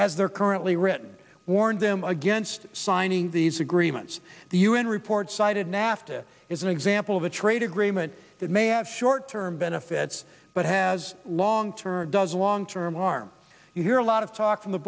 as they're currently written warned them against signing these agreements the un report cited nafta is an example of a trade agreement that may have short term benefits but has long term does long term harm you hear a lot of talk from the